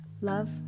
Love